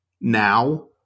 now